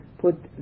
put